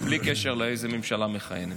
בלי קשר לאיזו ממשלה מכהנת.